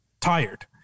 tired